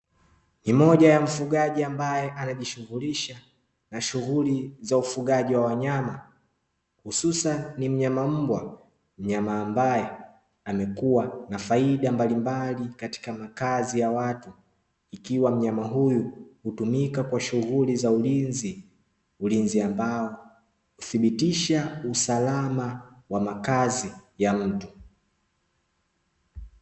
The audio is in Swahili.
Ni moja ya mfugaji ambaye anajishughulisha na shughuli za ufugaji wa wanyama hususani ni mnyama mbwa, mnyama ambaye amekuwa na faida mbalimbali katika makazi ya watu ikiwa mnyama huyu hutumika kwa shughuli za ulinzi, ulinzi ambao huthibitisha usalama wa makazi ya mtu.